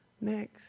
Next